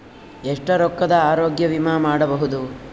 ಎಷ್ಟ ರೊಕ್ಕದ ಆರೋಗ್ಯ ವಿಮಾ ಮಾಡಬಹುದು?